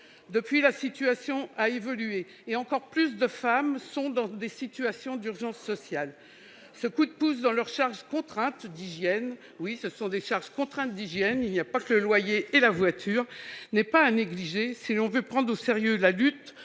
Depuis, la situation a évolué et encore plus de femmes sont dans des situations d'urgence sociale. Ce coup de pouce pour leurs charges contraintes d'hygiène- car il s'agit bien de charges contraintes, au même titre que le loyer et la voiture ! -n'est pas à négliger si l'on veut prendre au sérieux la lutte